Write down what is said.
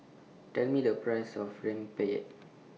Tell Me The Price of Rempeyek